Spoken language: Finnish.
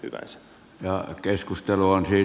itäisen ja keskustelua ei